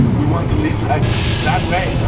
we want to live like that way, no?